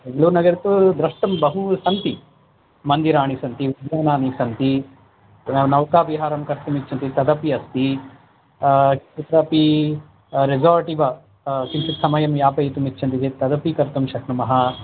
बेङ्गलूरुनगरे तु द्रष्टं बहूनि सन्ति मन्दिराणि सन्ति उद्यानानि सन्ति नौकाविहारं कर्तुम् इच्छन्ति तदपि अस्ति कत्रापि रिसोर्ट् इव किञ्चित् समयं यापयितुम् इच्छन्ति चेत् तदपि कर्तुं शक्नुमः